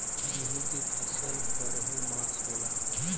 गेहूं की फसल बरहो मास होला